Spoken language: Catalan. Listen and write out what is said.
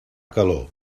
calor